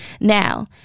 Now